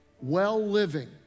well-living